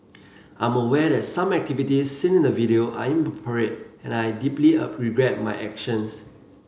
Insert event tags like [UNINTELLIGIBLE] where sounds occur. I'm aware that some activities seen in the video are inappropriate and I deeply [UNINTELLIGIBLE] regret my actions